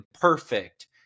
perfect